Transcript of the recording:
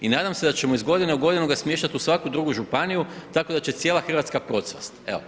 I nadam se da ćemo iz godine u godinu ga smještati u svaku drugu županiju tako da će cijela Hrvatska procvast, evo.